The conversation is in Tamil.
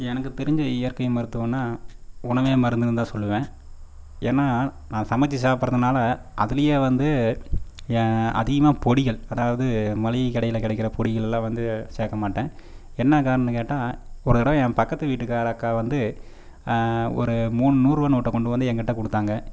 எனக்கு தெரிஞ்ச இயற்கை மருத்துவம்னா உணவே மருந்துனு தான் சொல்லுவேன் ஏன்னா நான் சமைச்சி சாப்பிட்றதுனால அதுலேயே வந்து அதிகமாக பொடிகள் அதாவது மளிகை கடையில் கெடைக்குற பொடிகள்லாம் வந்து சேர்க்க மாட்டேன் என்ன காரணம்னு கேட்டால் போன தடவை என் பக்கத்து வீட்டுகார அக்கா வந்து ஒரு மூணு நூறு ரூபா நோட்டை கொண்டு வந்து எங்கிட்ட கொடுத்தாங்க